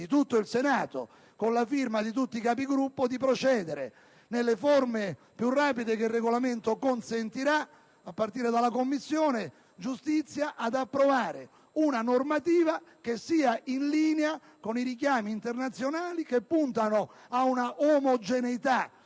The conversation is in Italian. tutto il Senato, con la firma di tutti i Capigruppo - di procedere, nelle forme più rapide che il Regolamento consentirà, a partire dalla Commissione giustizia, ad approvare una normativa che sia in linea con i richiami internazionali che puntano a una omogeneità